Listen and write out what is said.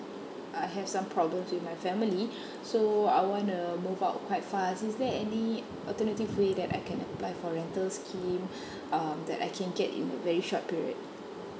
I have some problems with my family so I wanna move out quite fast is there any alternative way that I can apply for rental scheme um that I can get in a very short period